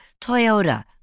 Toyota